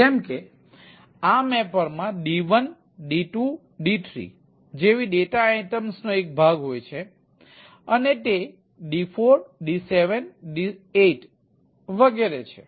જેમ કે આ મેપરમાં D1 D2 D3 જેવી ડેટા આઇટમ્સનો એક ભાગ હોય છે અને તે D4 D7D8 વગેરે છે